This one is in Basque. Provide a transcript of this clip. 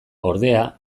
ordea